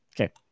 Okay